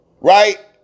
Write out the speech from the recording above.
Right